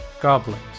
goblins